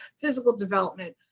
physical development,